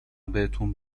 بهتون